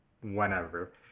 whenever